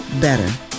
Better